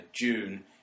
June